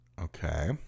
Okay